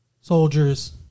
soldiers